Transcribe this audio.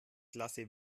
klasse